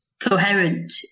coherent